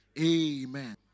Amen